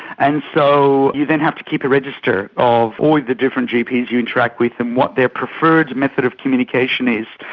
and so you then have to keep a register of all the different gps you interact with and what their preferred method of communication is,